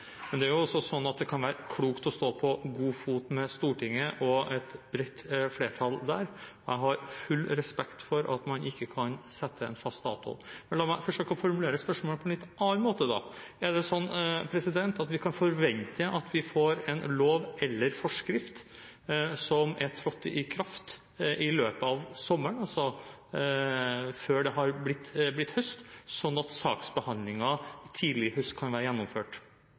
Stortinget og et bredt flertall der. Jeg har full respekt for at man ikke kan sette en fast dato. La meg forsøke å formulere spørsmålet på en litt annen måte: Er det sånn at vi kan forvente at vi får en lov eller forskrift som er trådt i kraft i løpet av sommeren, altså før det er blitt høst, slik at saksbehandlingen kan være gjennomført tidlig i høst?